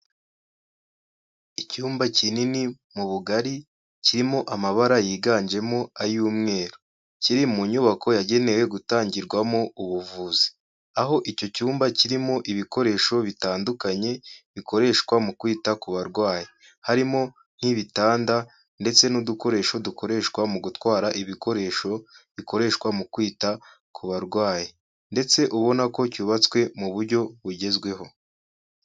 Icyumba kinini mu bugari kirimo amabara yiganjemo ay'umweru. Kiri mu nyubako yagenewe gutangirwamo ubuvuzi. Aho icyo cyumba kirimo ibikoresho bitandukanye bikoreshwa mu kwita ku barwayi. Harimo nk'ibitanda ndetse n'udukoresho dukoreshwa mu gutwara ibikoresho bikoreshwa mu kwita ku barwayi. Ndetse ubona ko cyubatswe mu buryo bugezweho.